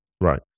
Right